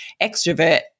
extrovert